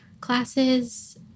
classes